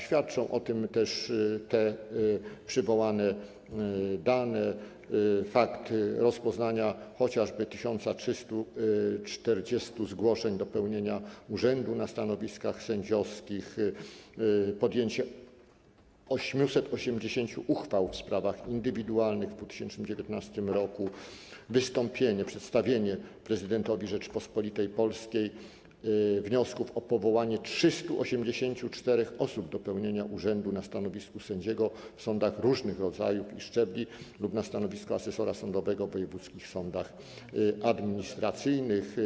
Świadczą o tym też te przywołane dane, chociażby fakt rozpoznania 1340 zgłoszeń do pełnienia urzędu na stanowiskach sędziowskich, podjęcie 880 uchwał w sprawach indywidualnych w 2019 r., wystąpienie, przedstawienie prezydentowi Rzeczypospolitej Polskiej wniosków o powołanie 384 osób do pełnienia urzędu na stanowisku sędziego w sądach różnych rodzajów i szczebli lub na stanowisku asesora sądowego w wojewódzkich sądach administracyjnych.